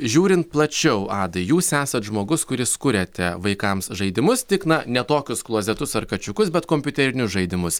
žiūrint plačiau adai jūs esat žmogus kuris kuriate vaikams žaidimus tik na ne tokius klozetus ar kačiukus bet kompiuterinius žaidimus